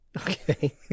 Okay